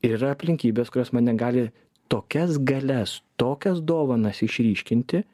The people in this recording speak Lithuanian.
ir yra aplinkybės kurios mane negali tokias galias tokias dovanas išryškinti